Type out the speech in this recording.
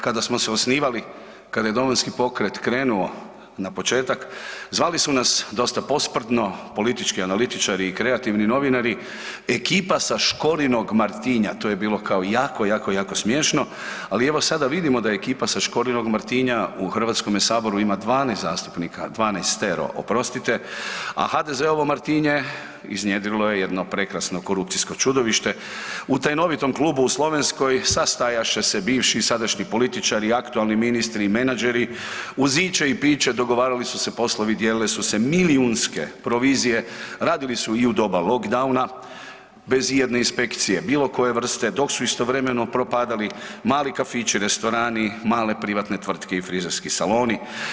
Kada smo se osnivali, kada je Domovinski pokret krenuo na početak zvali su nas dosta posprdno politički analitičari i kreativni novinari, ekipa sa Škorinog Martinja, to je bilo kao jako, jako smiješno, ali evo sada vidimo da ekipa sa Škorinog Martinja u HS-u ima 12 zastupnika, 12-tero oprostite, a HDZ-ovo Martinje iznjedrilo je jedno prekrasno korupcijsko čudovište u tajnovitom klubu u Slovenskoj sastajaše se bivši i sadašnji političari, aktualni ministri i menadžeri uz iće i piće dogovarali su se poslovi, dijelili su se milijunske provizije, radili su i u doba lockdowna bez ijedne inspekcije bilo koje vrste dok su istovremeno propadali mali kafići, restorani, male privatne tvrtke i frizerski saloni.